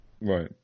Right